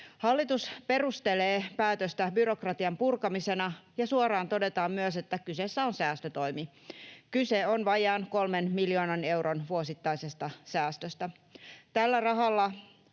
Hallitus perustelee päätöstä byrokratian purkamisena, ja suoraan todetaan myös, että kyseessä on säästötoimi. Kyse on vajaan kolmen miljoonan euron vuosittaisesta säästöstä.